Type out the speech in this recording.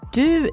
du